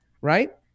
Right